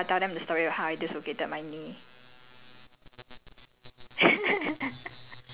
the the situation requires me to do vigorous activities right then I'll tell them the story about how I dislocated my knee